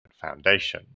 Foundation